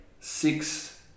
six